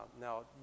Now